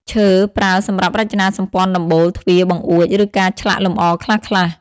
ឈើ: ប្រើសម្រាប់រចនាសម្ព័ន្ធដំបូល ទ្វារ បង្អួច ឬការឆ្លាក់លម្អខ្លះៗ។